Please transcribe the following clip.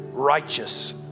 righteous